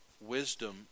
wisdom